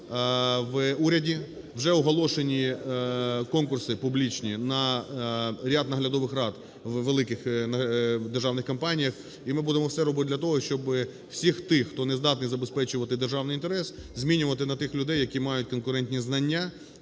в уряді, вже оголошені конкурси публічні на ряд наглядових рад у великих державних компаніях. І ми будемо все робити для того, щоб всіх тих, хто не здатний забезпечувати державний інтерес, змінювати на тих людей, які мають конкурентні знання